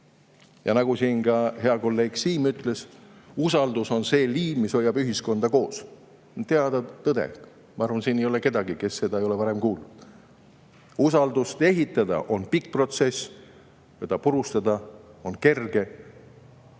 Nagu siin ka hea kolleeg Siim ütles, usaldus on see liim, mis hoiab ühiskonda koos. Teada tõde. Ma arvan, et siin ei ole kedagi, kes ei ole seda varem kuulnud. Usaldust ehitada on pikk protsess, teda purustada on kerge.